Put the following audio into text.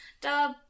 dub